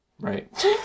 Right